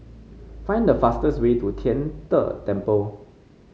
find the fastest way to Tian De Temple